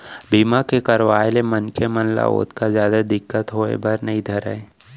बीमा के करवाय ले मनखे मन ल ओतका जादा दिक्कत होय बर नइ धरय